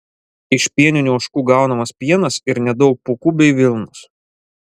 iš pieninių ožkų gaunamas pienas ir nedaug pūkų bei vilnos